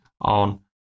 On